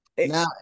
Now